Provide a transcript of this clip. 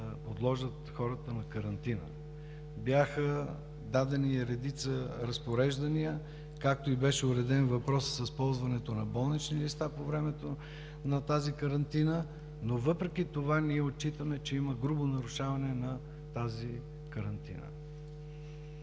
подложат на карантина, бяха дадени редица разпореждания, както и беше уреден въпросът с ползването на болнични листа по времето на тази карантина, но въпреки това ние отчитаме, че има грубо нарушаване на тази карантина.